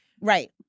Right